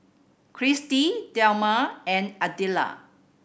Kristie Delmar and Adella